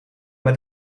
met